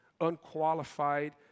unqualified